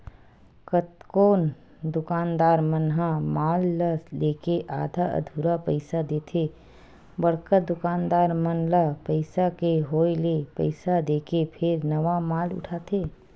कतकोन दुकानदार मन ह माल ल लेके आधा अधूरा पइसा देथे बड़का दुकानदार मन ल पइसा के होय ले पइसा देके फेर नवा माल उठाथे